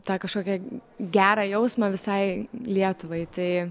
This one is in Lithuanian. tą kažkokį gerą jausmą visai lietuvai tai